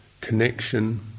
connection